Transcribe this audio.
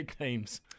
teams